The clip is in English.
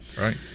Right